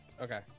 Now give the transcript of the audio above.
Okay